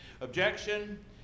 objection